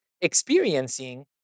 experiencing